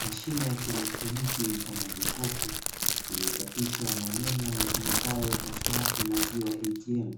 Mashine ya kielektroniki mfano wa jokofu, iliyochapishwa maneno yasomekayo "Tasmart maziwa ya ATM"